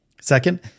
Second